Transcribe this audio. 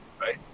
right